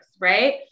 right